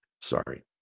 sorry